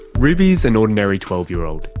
ruby is an ordinary twelve-year-old.